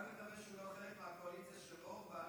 אני רק מקווה שהוא לא חלק מהקואליציה של אורבן,